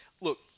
look